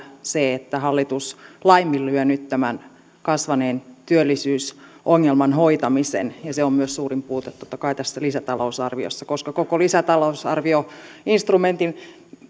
se että hallitus laiminlyö tämän kasvaneen työllisyysongelman hoitamisen se on myös suurin puute totta kai tässä lisätalousarviossa koska koko lisätalousarvioinstrumentin